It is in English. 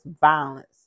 violence